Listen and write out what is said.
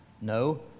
No